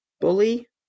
bully